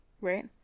Right